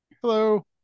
Hello